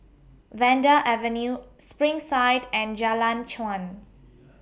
Vanda Avenue Springside and Jalan Chuan